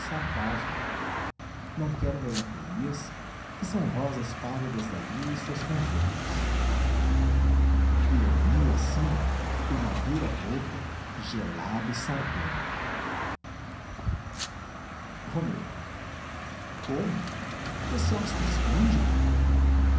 sarcasmo não quero melancolias que são rosas pálidas da lua e suas congêneres ironia sim uma dura boca gelada e sardônica romeu como esse astro esplêndido